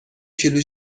کیلو